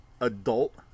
adult